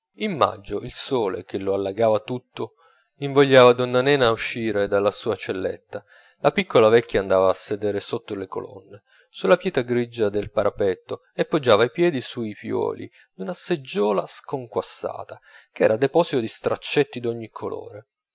in maggio il sole che lo allagava tutto invogliava donna nena a uscire dalla sua celletta la piccola vecchia andava a sedere sotto le colonne sulla pietra grigia del parapetto e poggiava i piedi sui piuoli d'una seggiola sconquassata ch'era deposito di straccetti d'ogni colore